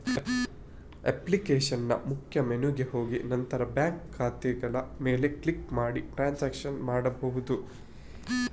ಅಪ್ಲಿಕೇಶನಿನ ಮುಖ್ಯ ಮೆನುಗೆ ಹೋಗಿ ನಂತರ ಬ್ಯಾಂಕ್ ಖಾತೆಗಳ ಮೇಲೆ ಕ್ಲಿಕ್ ಮಾಡಿ ಟ್ರಾನ್ಸಾಕ್ಷನ್ ಮಾಡ್ಬಹುದು